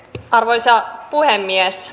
arvoisa puhemies